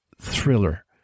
thriller